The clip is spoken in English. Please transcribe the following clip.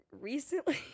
recently